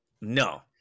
No